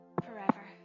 forever